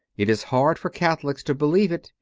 it is hard for catholics to believe it,